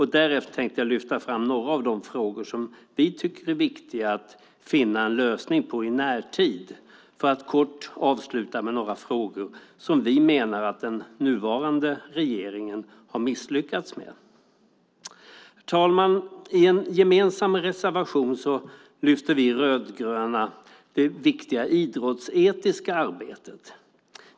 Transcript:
Därefter tänkte jag lyfta fram några av de frågor som vi tycker är viktiga att finna en lösning på i närtid. Jag tänkte sedan avsluta med några frågor som vi menar att den nuvarande regeringen har misslyckats med. Herr talman! I en gemensam reservation lyfter vi i de rödgröna partierna fram det viktiga idrottsetiska arbetet.